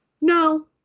No